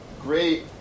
great